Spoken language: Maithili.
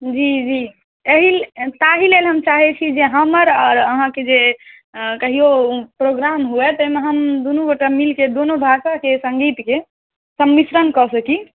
जी जी ताहि लेल ताहि लेल हम चाहै छी जे हमर आओर अहाँके जे कहिओ प्रोग्राम हुअए ताहिमे हम दुनूगोटा मिलिके दूनू भाषाके सङ्गीतके सम्मिश्रण कऽ सकी